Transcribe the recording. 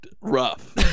rough